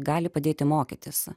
gali padėti mokytis